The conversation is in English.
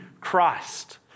Christ